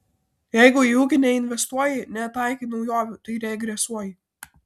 jeigu į ūkį neinvestuoji netaikai naujovių tai regresuoji